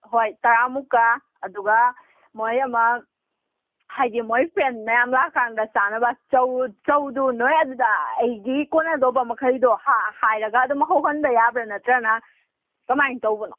ꯍꯣꯏ ꯇꯔꯥꯃꯨꯛꯀ ꯑꯗꯨꯒ ꯃꯣꯏ ꯑꯃ ꯍꯥꯏꯗꯤ ꯃꯣꯏ ꯐ꯭ꯔꯦꯟ ꯃꯌꯥꯝ ꯂꯥꯛꯀꯥꯟꯗ ꯆꯥꯅꯕ ꯆꯧ ꯆꯧꯗꯧ ꯅꯣꯏ ꯑꯗꯨꯗ ꯑꯩꯒꯤ ꯀꯣꯟꯅꯗꯧꯕ ꯃꯈꯩꯗꯣ ꯍꯥꯏꯔꯒ ꯑꯗꯨꯝ ꯍꯧꯍꯟꯕ ꯌꯥꯕ꯭ꯔꯥ ꯅꯠꯇ꯭ꯔꯒꯅ ꯀꯃꯥꯏꯅ ꯇꯧꯕꯅꯣ